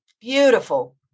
beautiful